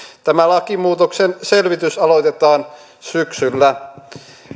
tämä lakimuutoksen selvitys aloitetaan syksyllä